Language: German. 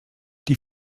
die